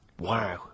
Wow